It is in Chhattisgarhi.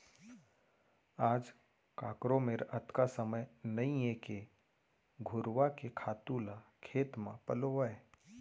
आज काकरो मेर अतका समय नइये के घुरूवा के खातू ल खेत म पलोवय